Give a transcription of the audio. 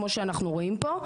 כמו שאנחנו רואים פה,